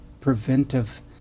preventive